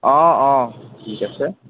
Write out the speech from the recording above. অ অ ঠিক আছে